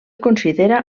considera